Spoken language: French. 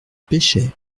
pêchaient